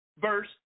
verse